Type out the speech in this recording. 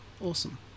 awesome